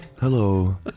Hello